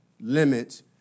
limits